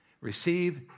Receive